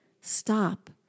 stop